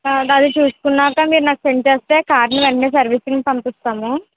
దాన్ని చూసుకున్నాక మీరు నాకు సెండ్ చేస్తే కార్ని వెంటనే సర్వీసింగ్కి పంపిస్తాము